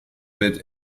with